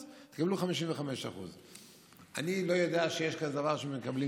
תקבלו 55%. אני לא יודע שיש כזה דבר שמקבלים